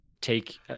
take